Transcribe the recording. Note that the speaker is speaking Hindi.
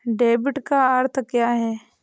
डेबिट का अर्थ क्या है?